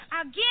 Again